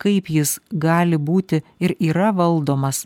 kaip jis gali būti ir yra valdomas